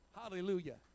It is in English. Hallelujah